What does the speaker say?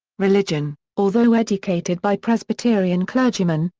religion although educated by presbyterian clergymen,